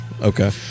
okay